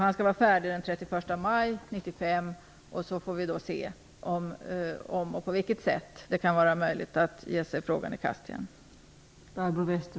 Han skall vara färdig den 31 maj 1995. Sedan får vi se om och på vilket sätt det kan vara möjligt att ge sig i kast med frågan igen.